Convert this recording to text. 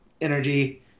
energy